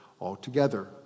altogether